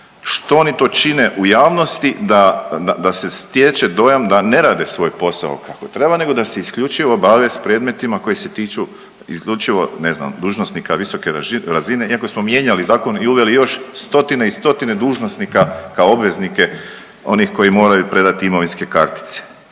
što oni to čine u javnosti da, da se stječe dojam da ne rade svoj posao kako treba nego da se isključivo bave s predmetima koji se tiču isključivo ne znam dužnosnika visoke razine iako smo mijenjali zakon i uveli još stotine i stotine dužnosnika kao obveznike onih koji moraju predat imovinske kartice.